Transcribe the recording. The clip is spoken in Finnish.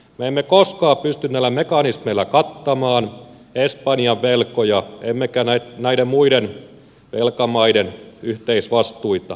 me emme koskaan pysty näillä mekanismeilla kattamaan espanjan velkoja emmekä näiden muiden velkamaiden yhteisvastuita